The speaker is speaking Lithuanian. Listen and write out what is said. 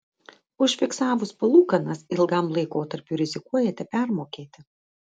užfiksavus palūkanas ilgam laikotarpiui rizikuojate permokėti